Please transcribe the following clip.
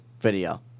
video